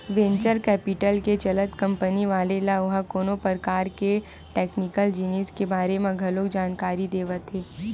venture capital के चलत company वाले ल ओहा कोनो परकार के टेक्निकल जिनिस के बारे म घलो जानकारी देवाथे